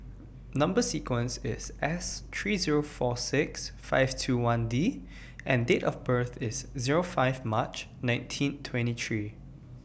Number sequences IS S three Zero four six five two one D and Date of birth IS Zero five March nineteen twenty three